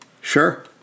Sure